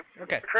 Okay